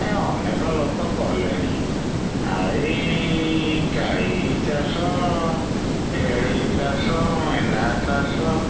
ହେ ଅନେକ ଲୋକ କଲେଣି ଆଉ ଏଇ ଗାଈ ଚାଷ ଛେଳି ଚାଷ ମେଣ୍ଡା ଚାଷ